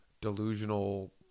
delusional